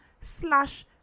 slash